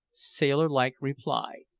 sailor-like reply,